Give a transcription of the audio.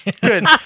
Good